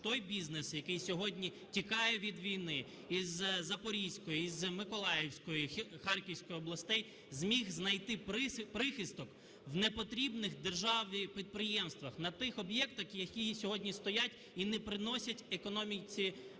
той бізнес, який сьогодні тікає від війни із Запорізької, з Миколаївської, Харківської областей, зміг знайти прихисток у непотрібних державі підприємствах, на тих об'єктах, які сьогодні стоять і не приносять економіці користі.